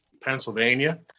Pennsylvania